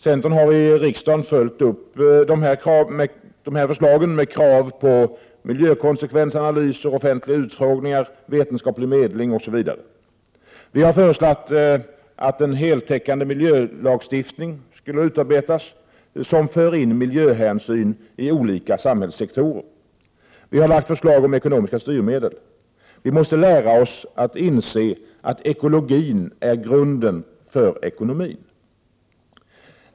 Centern har i riksdagen följt upp dessa förslag med krav på miljökonsekvensanalyser, offentliga utfrågningar, vetenskaplig medling etc. Vi har föreslagit att en heltäckande miljölagstiftning skall utarbetas som för in miljöhänsyn i olika samhällssektorer. Vi har lagt fram förslag om ekonomiska styrmedel. Vi måste lära oss inse att ekologin är grunden för ekonomin.